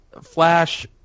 Flash